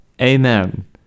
amen